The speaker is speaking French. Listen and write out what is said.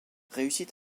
réussit